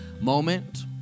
moment